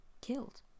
killed